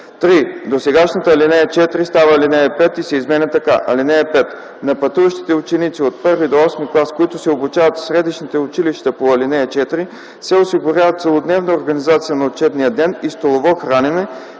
3. Досегашната ал. 4 става ал. 5 и се изменя така: „(5) На пътуващите ученици от І до VІІІ клас, които се обучават в средищните училища по ал. 4, се осигурява целодневна организация на учебния ден и столово хранене,